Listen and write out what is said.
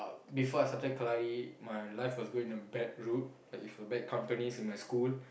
before I started kalari my life was going in a bad route like with a bad companies in my school